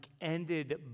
ended